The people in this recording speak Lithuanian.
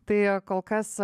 tai kol kas